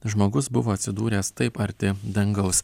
žmogus buvo atsidūręs taip arti dangaus